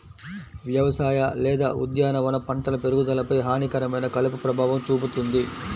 వ్యవసాయ లేదా ఉద్యానవన పంటల పెరుగుదలపై హానికరమైన కలుపు ప్రభావం చూపుతుంది